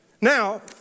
Now